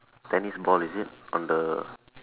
tennis ball is it on the